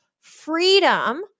freedom